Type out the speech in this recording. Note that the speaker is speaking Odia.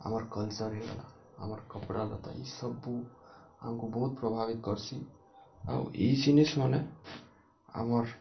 ଆମର୍ କଲ୍ଚର୍ ହେଇଗଲା ଆମର୍ କପ୍ଡ଼ାଲତା ଇସବୁ ଆମ୍କୁ ବହୁତ୍ ପ୍ରଭାବିତ୍ କର୍ସି ଆଉ ଇ ଜିନିଷମାନେ ଆମର୍